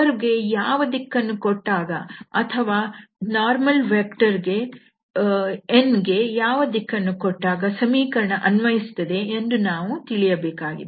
curve ಗೆ ಯಾವ ದಿಕ್ಕನ್ನು ಕೊಟ್ಟಾಗ ಅಥವಾ ಲಂಬ ಸದಿಶ n ಗೆ ಯಾವ ದಿಕ್ಕನ್ನು ಕೊಟ್ಟಾಗ ಸಮೀಕರಣ ಅನ್ವಯಿಸುತ್ತದೆ ಎಂದು ನಾವು ತಿಳಿಯಬೇಕಾಗಿದೆ